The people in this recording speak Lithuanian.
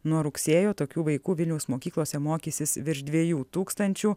nuo rugsėjo tokių vaikų vilniaus mokyklose mokysis virš dviejų tūkstančių